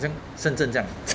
这样 shen zhen 这样